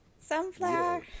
sunflower